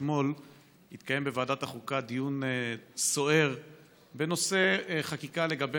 אתמול התקיים בוועדת החוקה דיון סוער בנושא חקיקה לגבי